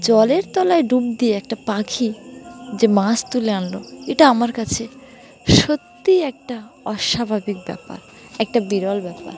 জলের তলায় ডুব দিয়ে একটা পাখি যে মাছ তুলে আনলো এটা আমার কাছে সত্যিই একটা অস্বাভাবিক ব্যাপার একটা বিরল ব্যাপার